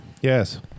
Yes